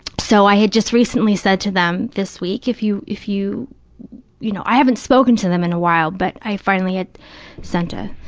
so, i had just recently said to them, this week, if you, you you know, i haven't spoken to them in a while, but i finally had sent a